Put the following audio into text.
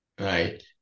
right